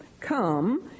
come